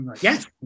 yes